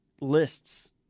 lists